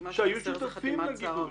שהיו שותפים לגיבוש.